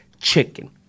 chicken